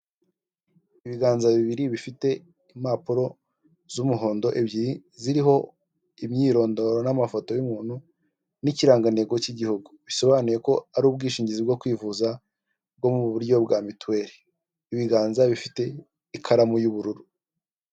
Ibiganza bibiri bifite impapuro z'umuhondo ebyiri ziriho imyirondoro n'amafoto y'umuntu, n'ikirangantego k'igihugu bisobanuye ko ari ubwishingizi bwo kwivuza, bwo mu buryo bwa mituweli, ibiganza bifite ikaramu y'ubururu.